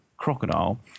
crocodile